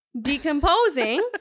decomposing